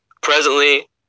Presently